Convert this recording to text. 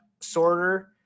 sorter